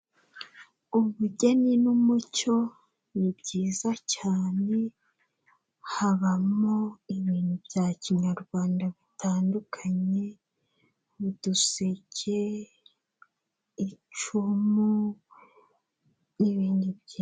Ubugeni n'umuco ni byiza cyane, habamo ibintu bya kinyarwanda bitandukanye, uduseke, icumu n'ibindi byinshi.